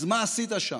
אז מה עשית שם?